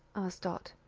asked dot.